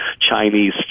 Chinese